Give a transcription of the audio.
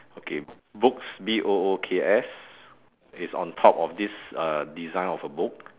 okay books B O O K S is on top of this err design of a book